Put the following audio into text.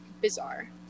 bizarre